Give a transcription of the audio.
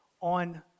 on